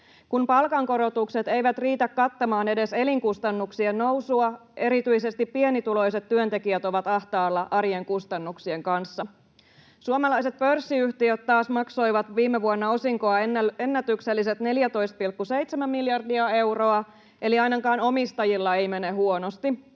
Kun palkankorotukset eivät riitä kattamaan edes elinkustannuksien nousua, erityisesti pienituloiset työntekijät ovat ahtaalla arjen kustannuksien kanssa. Suomalaiset pörssiyhtiöt taas maksoivat viime vuonna osinkoa ennätykselliset 14,7 miljardia euroa, eli ainakaan omistajilla ei mene huonosti.